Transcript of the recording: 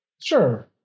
Sure